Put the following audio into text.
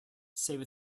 save